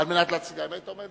האם מישהו רוצה להודות?